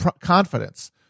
confidence